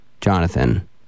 Jonathan